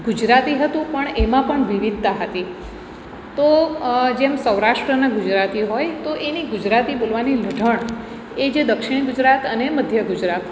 ગુજરાતી હતું પણ એમાં પણ વિવિધતા હતી તો જેમ સૌરાષ્ટ્રના ગુજરાતી હોય તો એની ગુજરાતી બોલવાની લઢણ એ જે દક્ષિણ ગુજરાત અને મધ્ય ગુજરાત